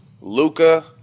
Luca